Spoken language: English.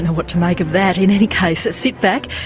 what to make of that. in any case, sit back,